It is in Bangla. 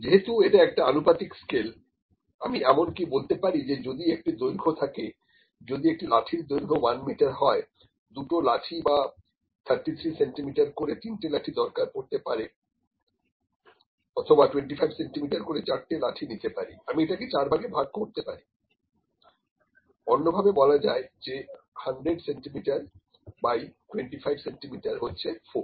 যেহেতু এটা একটা আনুপাতিক স্কেল আমি এমন কী বলতে পারি যে যদি একটা দৈর্ঘ্য থাকে যদি একটা লাঠির দৈর্ঘ্য 1 মিটার হয় দুটো লাঠি বা 33 সেন্টিমিটার করে তিনটে লাঠি দরকার পড়তে পারে অথবা 25 সেন্টিমিটার করে চারটে লাঠি নিতে পারি আমি এটা কে চার ভাগে ভাগ করতে পারি অন্যভাবে বলা যায় যে 100 সেন্টিমিটার বাই 25 সেন্টিমিটার হচ্ছে 4